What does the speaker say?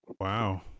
Wow